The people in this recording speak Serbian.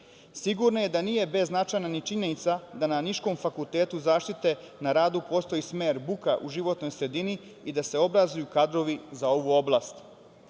Sigurno je da nije beznačajna činjenica da na niškom Fakultetu zaštite na radu postoji smer buka u životnoj sredini i da se obrazuju kadrovi za ovu oblast.